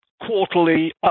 quarterly